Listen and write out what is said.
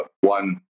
one